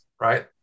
right